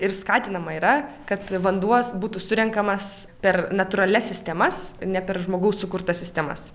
ir skatinama yra kad vanduo būtų surenkamas per natūralias sistemas ne per žmogaus sukurtas sistemas